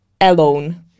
alone